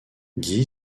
guy